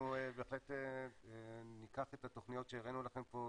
בהחלט ניקח את התוכניות שהראינו לכם פה,